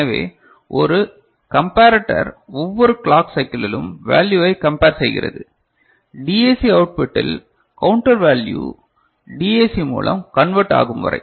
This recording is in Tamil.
எனவே ஒரு கம்பரட்டர் ஒவ்வொரு கிளாக் சைக்கிளிலும் வேல்யுவை கம்பர் செய்கிறது டிஏசி அவுட் புட்டில் கவுண்டர் வேல்யூ டிஏசி மூலம் கன்வெர்ட் ஆகும் வரை